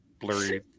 blurry